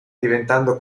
diventando